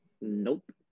Nope